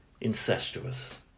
incestuous